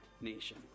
nation